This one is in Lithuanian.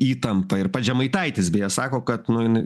įtampa ir pats žemaitaitis beje sako kad nu jinai